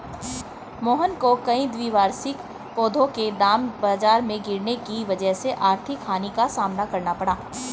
मोहन को कई द्विवार्षिक पौधों के दाम बाजार में गिरने की वजह से आर्थिक हानि का सामना करना पड़ा